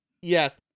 Yes